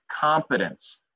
competence